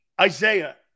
Isaiah